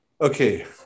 Okay